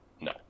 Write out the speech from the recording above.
No